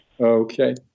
Okay